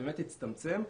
זה הצטמצם,